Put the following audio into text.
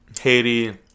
Haiti